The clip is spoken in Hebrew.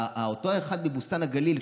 אותו אחד מבוסתן הגליל,